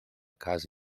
casa